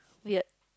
weird